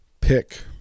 pick